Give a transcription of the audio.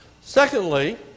Secondly